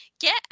Get